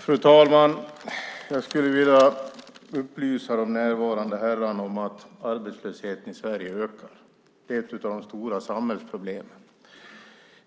Fru talman! Jag skulle vilja upplysa de närvarande herrarna om att arbetslösheten i Sverige ökar. Det är ett av de stora samhällsproblemen.